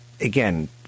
again